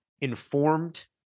informed